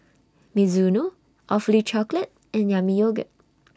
Mizuno Awfully Chocolate and Yami Yogurt